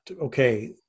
okay